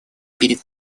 перед